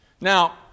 Now